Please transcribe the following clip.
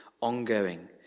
ongoing